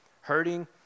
hurting